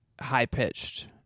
high-pitched